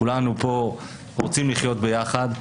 כולנו רוצים לחיות פה ביחד,